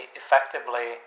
effectively